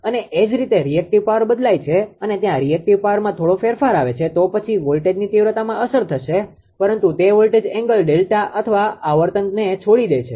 અને એ જ રીતે રિએક્ટીવ પાવર બદલાય છે અને ત્યાં રિએક્ટીવ પાવરમાં થોડો ફેરફાર આવે છે તો પછી વોલ્ટેજની તીવ્રતામાં અસર થશે પરંતુ તે વોલ્ટેજ એંગલ ડેલ્ટા અથવા આવર્તનને છોડી દે છે